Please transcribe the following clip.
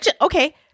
okay